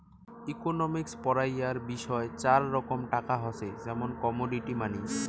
economics পড়াইয়ার বিষয় চার রকম টাকা হসে, যেমন কমোডিটি মানি